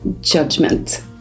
judgment